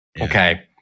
Okay